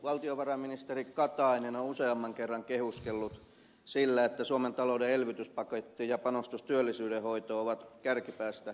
valtiovarainministeri katainen on useamman kerran kehuskellut sillä että suomen talouden elvytyspaketti ja panostus työllisyyden hoitoon ovat kärkipäästä euroopassa